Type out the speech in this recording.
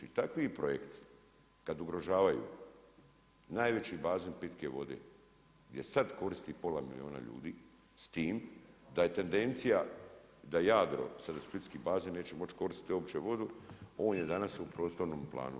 I takvi projekti kad ugrožavaju najveći bazen pitke vode gdje sad korist pola milijuna ljudi s tim da je tendencija da Jadro, sada splitski bazen moći koristiti uopće vodu, on je danas u prostornom planu.